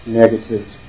negatives